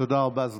תודה רבה.